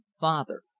father